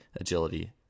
agility